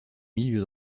milieu